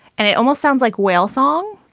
and it almost sounds like whale song.